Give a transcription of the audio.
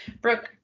Brooke